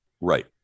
right